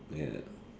ya